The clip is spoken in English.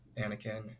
anakin